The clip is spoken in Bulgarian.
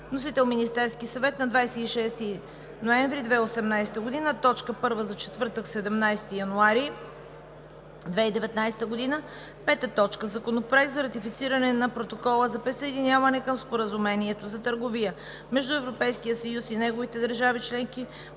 Вносител е Министерският съвет на 26 ноември 2018 г. – точка първа за четвъртък, 17 януари 2019 г. 5. Законопроект за ратифициране на Протокола за присъединяване към Споразумението за търговия между Европейския съюз и неговите държави членки,